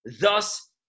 thus